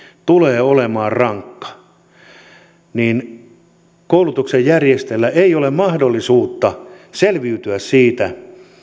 tulee olemaan rankka on että koulutuksen järjestäjällä ei ole mahdollisuutta selviytyä siitä